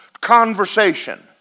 conversation